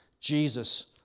Jesus